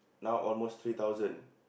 now almost three thousand